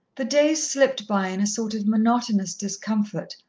the days slipped by in a sort of monotonous discomfort,